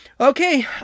Okay